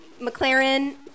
McLaren